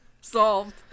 solved